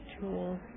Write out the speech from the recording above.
Tools